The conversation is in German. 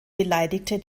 beleidigte